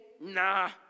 nah